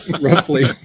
roughly